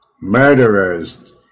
Murderers